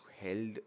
held